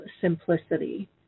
simplicity